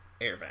airbag